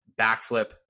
Backflip